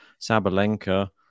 Sabalenka